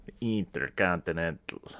intercontinental